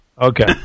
Okay